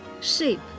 shape